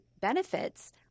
benefits